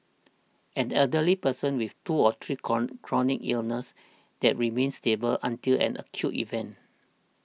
an elderly person with two or three chron chronic illnesses that remain stable until an acute event